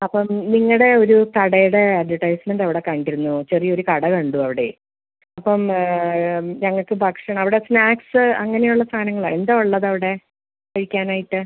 അപ്പോള് നിങ്ങളുടെ ഒരു കടയുടെ അഡ്വെർടൈസ്മെൻറ്റവിടെ കണ്ടിരുന്നു ചെറിയൊരു കട കണ്ടു അവിടെ അപ്പോള് ഞങ്ങള്ക്ക് ഭക്ഷണം അവിടെ സ്നാക്സ് അങ്ങനെയുള്ള സാധനങ്ങളാണോ എന്താണ് ഉള്ളതവിടെ കഴിക്കാനായിട്ട്